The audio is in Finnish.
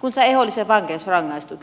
kun sai ehdollisen vankeusrangaistuksen